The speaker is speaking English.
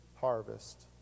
harvest